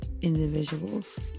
individuals